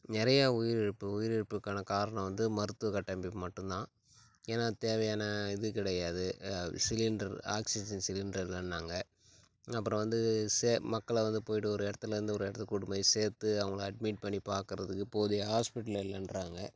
நிறைய உயிரிழப்பு உயிரிழப்புக்கான காரணம் வந்து மருத்துவ கட்டமைப்பு மட்டுந்தான் ஏன்னா தேவையான இது கிடையாது சிலிண்டர் ஆக்ஸிஜன் சிலிண்டர் இல்லைன்னாங்க அப்புறம் வந்து சே மக்களை வந்து போய்ட்டு ஒரு இடத்துலேருந்து ஒரு இடத்துக்கு கூப்ட்டு போய் சேர்த்து அவங்கள அட்மிட் பண்ணி பார்க்கறதுக்கு போதிய ஹாஸ்பிட்டல் இல்லைன்றாங்க